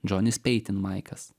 džonis peitinmaikas